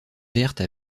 verte